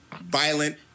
violent